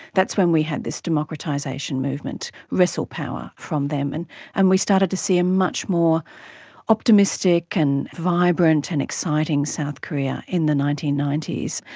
that's when we had this democratisation movement wrestle power from them, and and we started to see a much more optimistic and vibrant and exciting south korea in the nineteen ninety s.